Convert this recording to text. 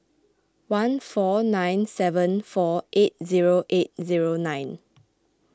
one four nine seven four eight zero eight zero nine